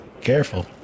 Careful